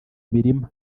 mirima